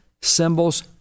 symbols